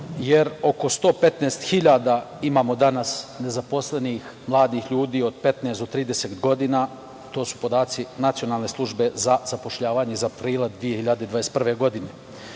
jer oko 115 hiljada imamo danas nezaposlenih mladih ljudi, od 15 do 30 godina, to su podaci Nacionalne službe za zapošljavanje iz aprila 2021. godine.